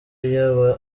yaba